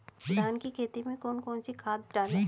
धान की खेती में कौन कौन सी खाद डालें?